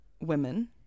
Women